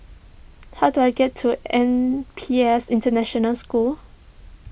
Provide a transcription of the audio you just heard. how do I get to N P S International School